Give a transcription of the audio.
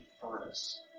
furnace